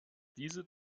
diese